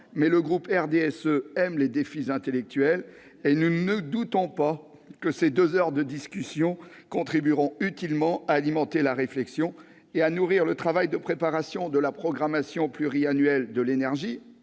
le groupe du RDSE aime les défis intellectuels, ... Très bien !... et nous ne doutons pas que ces deux heures de discussion contribueront utilement à alimenter la réflexion et à nourrir le travail de préparation de la programmation pluriannuelle de l'énergie